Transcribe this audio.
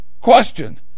Question